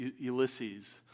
Ulysses